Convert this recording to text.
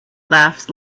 laughs